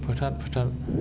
फोथार फोथार